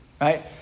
Right